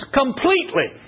completely